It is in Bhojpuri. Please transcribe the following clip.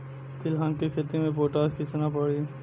तिलहन के खेती मे पोटास कितना पड़ी?